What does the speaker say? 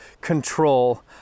control